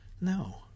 No